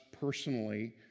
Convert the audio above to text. personally